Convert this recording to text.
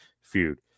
feud